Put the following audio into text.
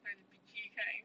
like bitchy kind